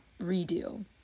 redo